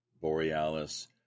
Borealis